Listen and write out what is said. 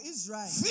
Israel